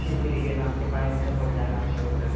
ठीक है ठीक है शाम के पाँच बजे तक पहुंचा आपके ये ओडर